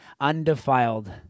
Undefiled